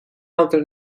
altre